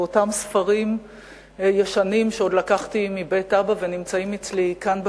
באותם ספרים ישנים שעוד לקחתי מבית אבא ונמצאים אצלי כאן בכנסת.